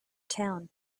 town